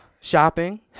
Shopping